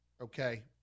okay